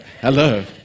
Hello